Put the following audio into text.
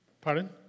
pardon